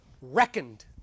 reckoned